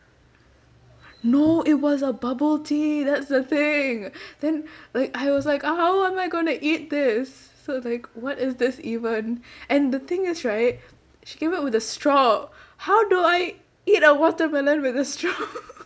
no it was a bubble tea that's the thing then like I was like how am I gonna eat this so like what is this even and the thing is right she gave it with a straw how do I eat a watermelon with a straw